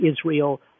Israel